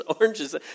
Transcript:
oranges